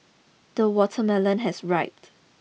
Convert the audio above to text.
the watermelon has riped